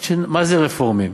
מה זה רפורמים?